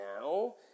now